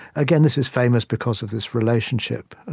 again, this is famous because of this relationship,